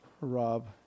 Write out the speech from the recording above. rob